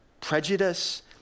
prejudice